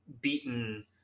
beaten